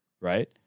right